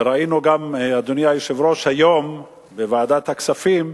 וראינו גם, אדוני היושב-ראש, היום בוועדת הכספים,